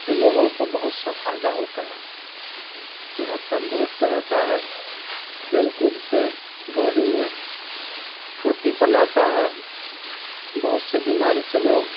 کہ لوگوں کو بہت سا فائدہ ہوتا ہے صحت تندرست رہتا ہے کھیل کود سے باڈی میں پھرتی پن آتا ہے بہت سے بیماری سے لوگ